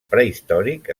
prehistòric